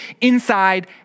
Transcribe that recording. inside